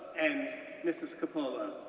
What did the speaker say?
and mrs. coppola,